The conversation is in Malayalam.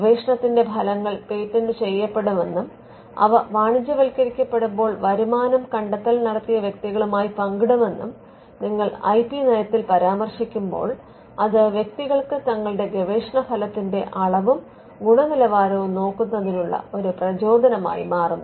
ഗവേഷണത്തിന്റെ ഫലങ്ങൾ പേറ്റന്റ് ചെയ്യപ്പെടുമെന്നും അവ വാണിജ്യവത്ക്കരിക്കപ്പെടുമ്പോൾ വരുമാനം കണ്ടെത്തൽ നടത്തിയ വ്യക്തികളുമായി പങ്കിടുമെന്നും നിങ്ങൾ ഐ പി നയത്തിൽ പരാമർശിക്കുമ്പോൾ അത് വ്യക്തികൾക്ക് തങ്ങളുടെ ഗവേഷണഫലത്തിന്റെ അളവും ഗുണനിലവാരവും നോക്കുന്നതിനുള്ള ഒരു പ്രചോദനമായി മാറുന്നു